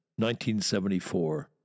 1974